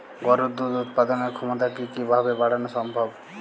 গরুর দুধ উৎপাদনের ক্ষমতা কি কি ভাবে বাড়ানো সম্ভব?